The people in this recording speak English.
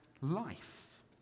life